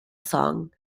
song